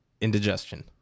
Indigestion